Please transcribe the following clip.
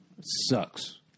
Sucks